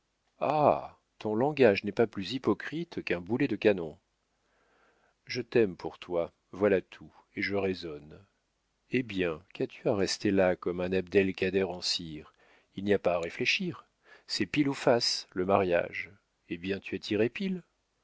ton langage n'est pas plus hypocrite qu'un boulet de canon je t'aime pour toi voilà tout et je raisonne eh bien qu'as-tu à rester là comme un abd-el-kader en cire il n'y a pas à réfléchir c'est pile ou face le mariage eh bien tu as